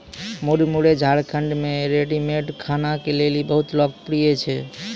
मुरमुरे झारखंड मे रेडीमेड खाना के लेली बहुत लोकप्रिय छै